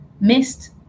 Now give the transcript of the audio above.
missed